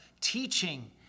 teaching